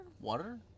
Water